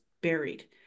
buried